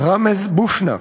ראמז בושנאק,